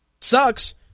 Sucks